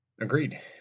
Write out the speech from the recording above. Agreed